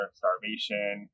starvation